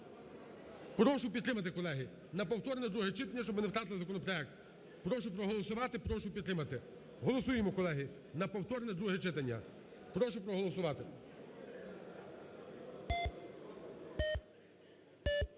Прошу підтримати, колеги, на повторне друге читання, щоб ми не втратили законопроект. Прошу проголосувати, прошу підтримати. Голосуємо, колеги, на повторне друге читання. Прошу проголосувати.